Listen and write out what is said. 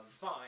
Fine